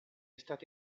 stata